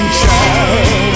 child